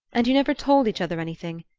and you never told each other anything.